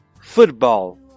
football